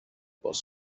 باز